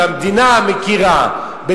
והמדינה מכירה,